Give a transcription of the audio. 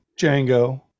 Django